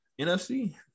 NFC